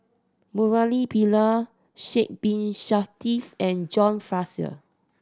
Murali Pillai Sidek Bin and John Fraser